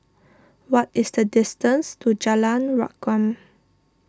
what is the distance to Jalan Rukam